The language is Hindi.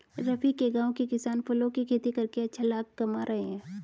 रफी के गांव के किसान फलों की खेती करके अच्छा लाभ कमा रहे हैं